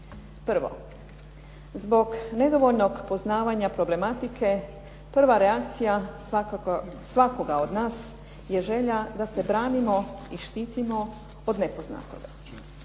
Prvo, zbog nedovoljnog poznavanja problematike prva reakcija svakoga od nas je želja da se branimo i štitimo od nepoznatog.